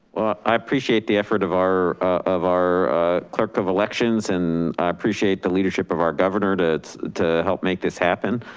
i appreciate the effort of our of our clerk of elections and i appreciate the leadership of our governor to to help make this happen.